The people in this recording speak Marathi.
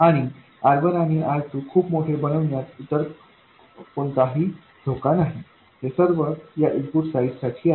आणि R1आणि R2 खूप मोठे बनवण्यात इतर कोणतीही धोका नाही हे सर्व या इनपुट साईड साठी आहे